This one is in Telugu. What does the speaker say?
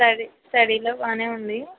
స్టడీ లో బాగానే ఉంది